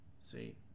see